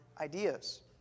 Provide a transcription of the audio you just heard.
ideas